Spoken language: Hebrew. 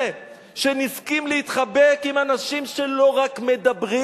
שנסכים להתחבק עם אנשים שלא רק מדברים,